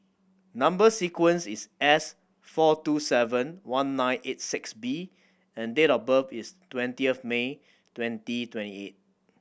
number sequence is S four two seven one nine eight six B and date of birth is twentieth May twenty twenty eight